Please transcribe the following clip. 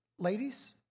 Ladies